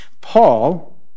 Paul